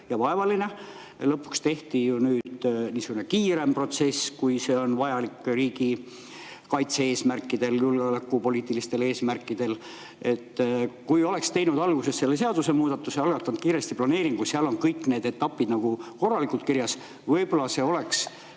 ja vaevaline. Lõpuks tehti niisugune kiirem protsess, kui [objekt] on vajalik riigikaitse-eesmärkidel, julgeolekupoliitilistel eesmärkidel. Kui oleks teinud alguses selle seadusemuudatuse ja algatanud kiiresti planeeringu – seal on kõik etapid korralikult kirjas –, siis võib-olla see oleks